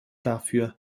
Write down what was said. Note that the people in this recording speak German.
dafür